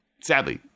sadly